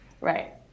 Right